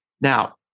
Now